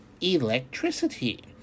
electricity